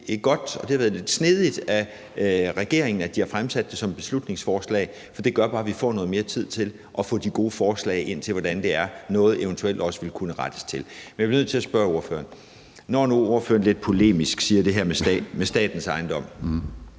godt og lidt snedigt af regeringen at fremsætte det som et beslutningsforslag. Det gør bare, at vi får noget mere tid til at få de gode forslag ind om, hvordan noget eventuelt vil kunne rettes til. Jeg bliver nødt til at spørge ordføreren om noget. Når nu ordføreren lidt polemisk siger det her med statens ejendom,